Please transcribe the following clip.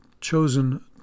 chosen